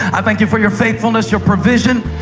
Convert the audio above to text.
i thank you for your faithfulness, your provision,